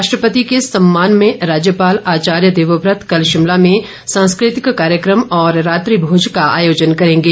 राष्ट्रपति के सम्मान में राज्यपाल आचार्य देवव्रत कल शिमला में सांस्कृतिक कार्यकम और रात्रि भोज का आयोजन करेंगे